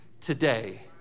today